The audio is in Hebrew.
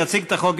יש עומס עצום,